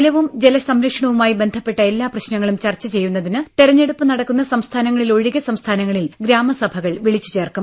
ജലവും ജലസംരക്ഷണവുമായി ബന്ധപ്പെട്ട എല്ലാ പ്രശ്നങ്ങളും ചർച്ച ചെയ്യുന്നതിന് തെരഞ്ഞെടുപ്പ് നടക്കുന്ന സംസ്ഥാനങ്ങളിലൊഴികെ സംസ്ഥാനങ്ങളിൽ ഗ്രാമസഭകൾ വിളിച്ച് ചേർക്കും